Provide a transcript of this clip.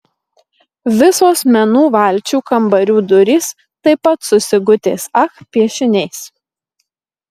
visos menų valčių kambarių durys taip pat su sigutės ach piešiniais